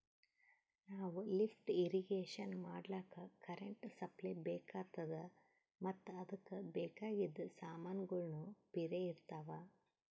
ನಾವ್ lift irrigation ಮಾಡ್ಲಕ್ಕ್ current supply ಬೆಕಾತದ್ ಮತ್ತ್ ಅದಕ್ಕ್ ಬೇಕಾಗಿದ್ ಸಮಾನ್ಗೊಳ್ನು ಪಿರೆ ಇರ್ತವ್